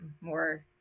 more